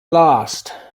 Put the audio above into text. last